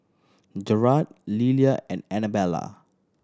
Jerad Lelia and Anabella